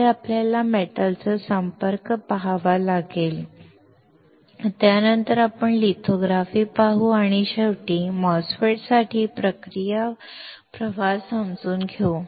पुढे आपल्याला धातूचा संपर्क पहावा लागेल त्यानंतर आपण लिथोग्राफी पाहू आणि शेवटी MOSFET साठी प्रक्रिया प्रवाह समजून घेऊ